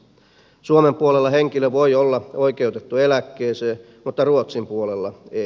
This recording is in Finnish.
suomen puolella henkilö voi olla oikeutettu eläkkeeseen mutta ruotsin puolella ei